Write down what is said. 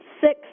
six